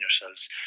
yourselves